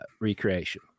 recreation